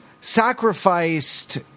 sacrificed